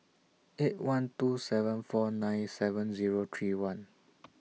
eight one two seven four nine seven Zero three one